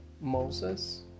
Moses